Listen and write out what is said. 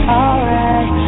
alright